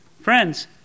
Friends